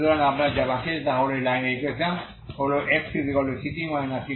সুতরাং আপনার যা বাকি আছে তা হল এই লাইনের ইকুয়েশন হল xct ct0x0